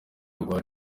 rwa